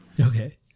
Okay